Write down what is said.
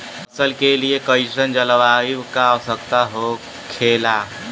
फसल के लिए कईसन जलवायु का आवश्यकता हो खेला?